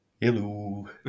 Hello